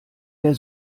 der